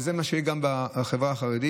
וזה מה שיהיה גם בחברה החרדית,